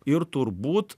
ir turbūt